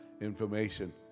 information